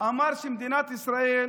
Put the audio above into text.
ואמר שמדינת ישראל,